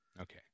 Okay